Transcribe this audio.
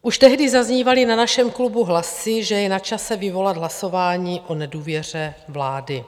Už tehdy zaznívaly na našem klubu hlasy, že je na čase vyvolat hlasování o nedůvěře vlády.